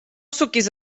suquis